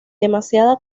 demasiada